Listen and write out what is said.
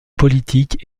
politique